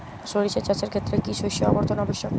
সরিষা চাষের ক্ষেত্রে কি শস্য আবর্তন আবশ্যক?